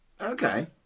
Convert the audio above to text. Okay